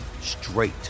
straight